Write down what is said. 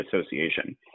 association